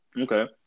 Okay